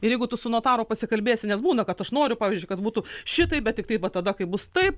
ir jeigu tu su notaru pasikalbėsi nes būna kad aš noriu pavyzdžiui kad būtų šitaip bet tiktai va tada kai bus taip